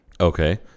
Okay